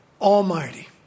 almighty